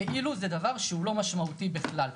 כאילו זה דבר שהוא לא משמעותי בכלל.